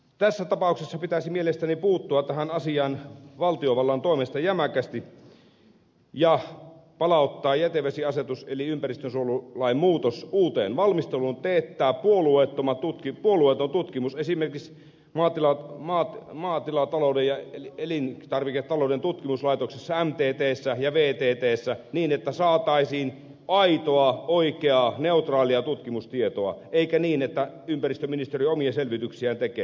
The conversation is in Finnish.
tässä tapauksessa pitäisi mielestäni puuttua tähän asiaan valtiovallan toimesta jämäkästi ja palauttaa jätevesiasetus eli ympäristönsuojelulain muutos uuteen valmisteluun teettää puolueeton tutkimus esimerkiksi maa ja elintarviketalouden tutkimuskeskuksessa mttssä ja vttssä niin että saataisiin aitoa oikeaa neutraalia tutkimustietoa eikä niin että ympäristöministeriö omia selvityksiään tekee